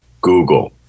Google